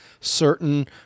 certain